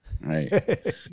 Right